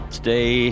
Today